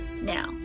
now